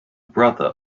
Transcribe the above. brother